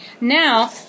Now